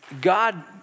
God